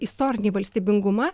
istorinį valstybingumą